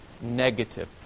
negative